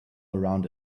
around